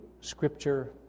scripture